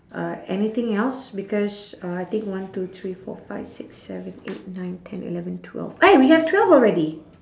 uh anything else because uh I think one two three four five six seven eight nine ten eleven twelve eh we have twelve already